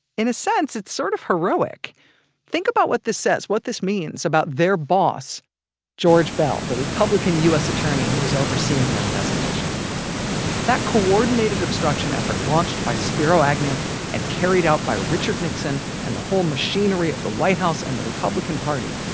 in a sense, it's sort of heroic think about what this says, what this means, about their boss george beall, the republican u s. attorney who was overseeing their investigation that coordinated obstruction effort launched by spiro agnew and carried out by richard nixon and the whole machinery of the white house and the republican party,